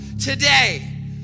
Today